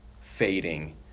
fading